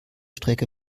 strecke